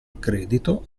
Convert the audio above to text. accredito